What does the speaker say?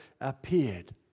appeared